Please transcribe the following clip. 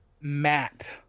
Matt